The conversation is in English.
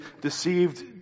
deceived